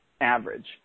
average